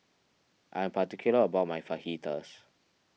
I am particular about my Fajitas